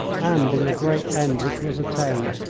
and in the great end which was attained,